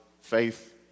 faith